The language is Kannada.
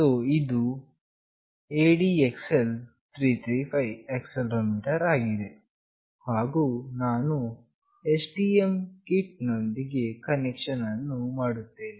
ಸೋ ಇದು ADXL 335 ಆಕ್ಸೆಲೆರೋಮೀಟರ್ ಆಗಿದೆ ಹಾಗು ನಾನು STM ಕಿಟ್ ನೊಂದಿಗೆ ಕನೆಕ್ಷನ್ ಅನ್ನು ಮಾಡುತ್ತೇನೆ